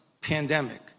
pandemic